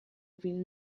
ville